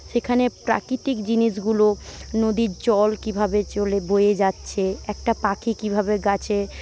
সেখানে প্রাকৃতিক জিনিসগুলো নদীর জল কীভাবে চলে বয়ে যাচ্ছে একটা পাখি কীভাবে গাছে